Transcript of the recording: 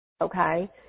Okay